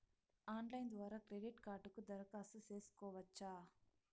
Online ద్వారా credit కార్డుకు దరఖాస్తు సేసుకోవచ్చా?